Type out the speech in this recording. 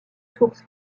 source